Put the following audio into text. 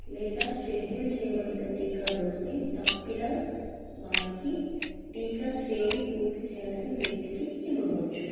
లేదా షెడ్యూల్ చేయబడిన టీకా డోస్ని తప్పిన వారికి టీకా శ్రేణి పూర్తి చేయాలని వ్యక్తికి ఇవ్వవచ్చు